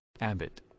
Abbott